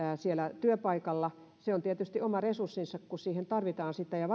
siellä työpaikalla se on tietysti oma resurssinsa joka siihen tarvitaan sitten ja